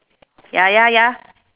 ya ya ya